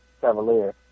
Cavalier